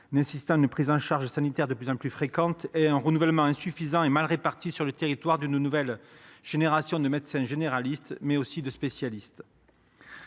nécessitant une prise en charge sanitaire de plus en plus fréquente et un renouvellement insuffisant et mal réparti sur le territoire d’une nouvelle génération de médecins généralistes, mais aussi de spécialistes.